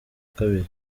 kabiri